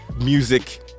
music